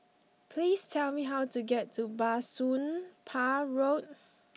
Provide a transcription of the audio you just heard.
please tell me how to get to Bah Soon Pah Road